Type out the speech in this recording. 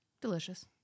delicious